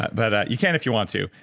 but you can if you want to.